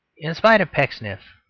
in spite of pecksniff,